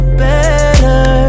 better